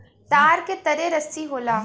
तार के तरे रस्सी होला